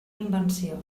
invenció